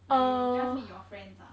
like you just meet your friends ah